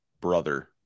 brother